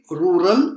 rural